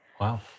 Wow